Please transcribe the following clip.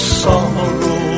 sorrow